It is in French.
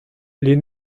les